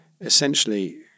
essentially